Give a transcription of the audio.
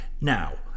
now